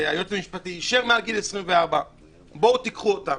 גיל 24 שהיועץ המשפטי אישר בואו תיקחו אותם.